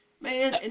Man